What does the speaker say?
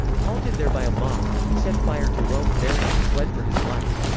halted there by a mob, he set fire to rome marius fled for his life.